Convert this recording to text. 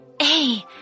Hey